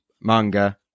manga